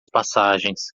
passagens